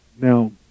Now